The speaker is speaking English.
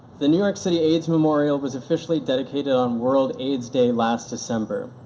the new york city aids memorial was officially dedicated on world aids day last december.